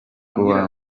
kuwa